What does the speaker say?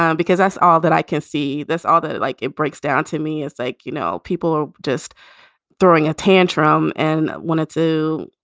um because that's all that i can see this although like it breaks down to me, it's like, you know, people are just throwing a tantrum and wanted to,